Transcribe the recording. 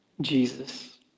Jesus